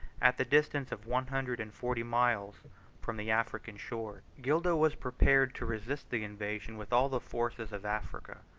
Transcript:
at the distance of one hundred and forty miles from the african shores. gildo was prepared to resist the invasion with all the forces of africa.